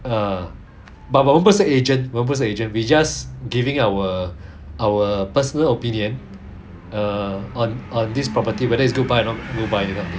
uh but 我们不是 agent 我们不是 agent we just giving our our personal opinion err on this property whether it's a good buy or not good buy